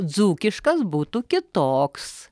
dzūkiškas būtų kitoks